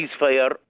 ceasefire